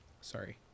Sorry